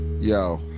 yo